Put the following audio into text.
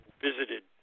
visited